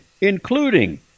including